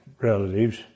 relatives